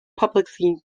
publicly